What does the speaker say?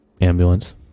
ambulance